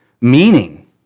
meaning